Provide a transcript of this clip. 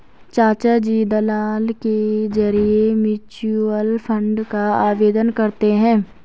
चाचाजी दलाल के जरिए म्यूचुअल फंड का आवेदन करते हैं